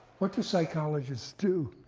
what do psychologists do?